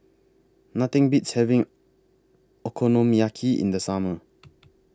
Nothing Beats having Okonomiyaki in The Summer